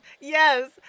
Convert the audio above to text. yes